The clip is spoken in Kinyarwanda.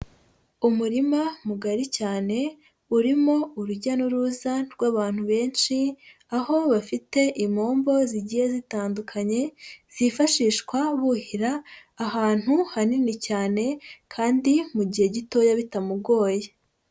Umurima mugari cyane urimo urujya n'uruza rw'abantu benshi, aho bafite impombo zigiye zitandukanye, zifashishwa buhira ahantu hanini cyane kandi mu gihe gitoya bitamugoye.